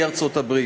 היא ארצות-הברית.